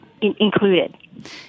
included